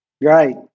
Right